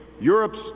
Europe's